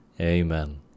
Amen